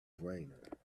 brainer